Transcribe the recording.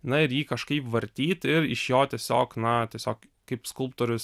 na ir jį kažkaip vartyt ir iš jo tiesiog na tiesiog kaip skulptorius